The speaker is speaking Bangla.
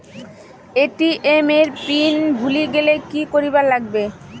এ.টি.এম এর পিন ভুলি গেলে কি করিবার লাগবে?